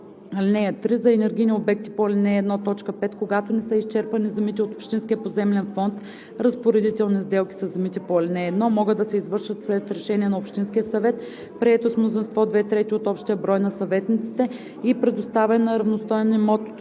(3) За енергийни обекти по ал. 1, т. 5, когато не са изчерпани земите от общинския поземлен фонд, разпоредителни сделки със земите по ал. 1 могат да се извършват след решение на общинския съвет, прието с мнозинство две трети от общия брой на съветниците, и предоставяне на равностоен имот от